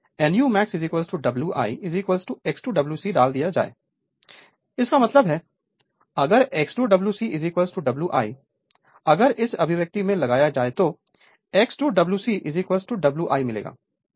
इसलिए nu max Wi X2 Wc डाल दिया जाए इसका मतलब है अगर X2 Wc Wi अगर इस अभिव्यक्ति में लगाया जाए तो X2 Wc Wi मिलेगा